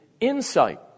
insight